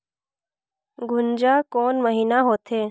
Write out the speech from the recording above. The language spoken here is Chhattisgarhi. गुनजा कोन महीना होथे?